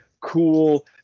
cool